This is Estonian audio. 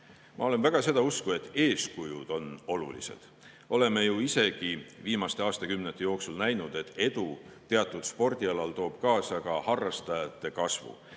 Ma olen väga seda usku, et eeskujud on olulised. Oleme ju isegi viimaste aastakümnete jooksul näinud, et edu teatud spordialal toob kaasa ka harrastajate arvu